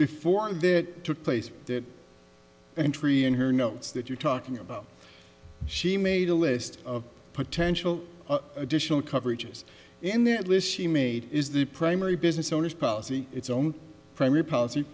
before that took place that entry in her notes that you're talking about she made a list of potential additional coverages in that list she made is the primary business owners policy its own primary policy